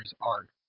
art